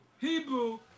hebrew